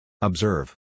Observe